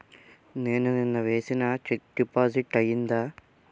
నేను నిన్న వేసిన చెక్ డిపాజిట్ అయిందా?